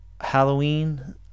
halloween